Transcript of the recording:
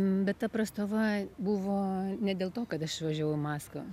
bet ta prastova buvo ne dėl to kad aš išvažiavau į maskvą